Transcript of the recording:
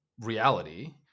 reality